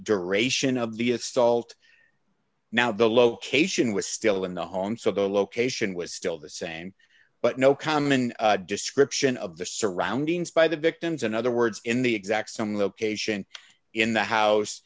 duration of the assault now the location was still in the home so the location was still the same but no common description of the surroundings by the victims in other words in the exact same location in the house